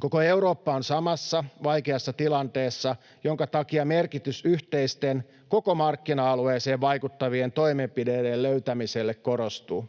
Koko Eurooppa on samassa vaikeassa tilanteessa, minkä takia merkitys yhteisten, koko markkina-alueeseen vaikuttavien toimenpiteiden löytämiselle korostuu.